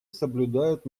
соблюдают